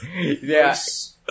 Yes